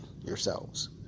yourselves